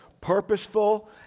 purposeful